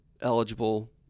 eligible